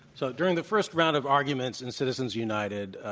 so during the first round of arguments in citizens united,